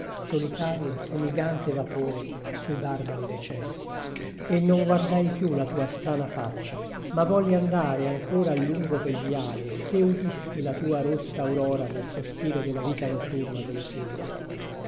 solitario e fumigante vapore sui barbari recessi e non guardai più la tua strana faccia ma volli andare ancora a lungo pel viale se udissi la tua rossa aurora nel sospiro della vita notturna delle selve